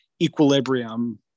equilibrium